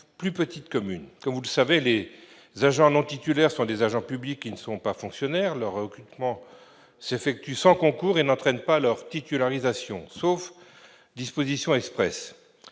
plus petites communes. Comme vous le savez, les agents non titulaires sont des agents publics qui ne sont pas fonctionnaires. Leur recrutement s'effectue sans concours et n'entraîne pas leur titularisation, sauf disposition expresse.